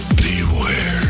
beware